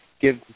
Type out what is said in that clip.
give